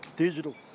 Digital